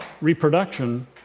reproduction